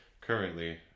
currently